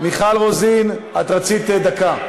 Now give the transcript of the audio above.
מיכל רוזין, את רצית דקה.